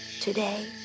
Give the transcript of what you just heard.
Today